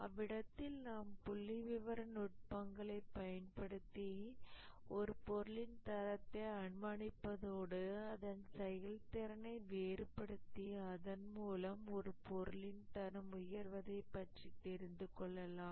அவ்விடத்தில் நாம் புள்ளிவிவர நுட்பங்களைப் பயன்படுத்தி ஒரு பொருளின் தரத்தை அனுமானிப்பதோடு அதன் செயல்திறனை வேறுபடுத்தி அதன்மூலம் ஒரு பொருளின் தரம் உயர்வதை பற்றி தெரிந்துகொள்ளலாம்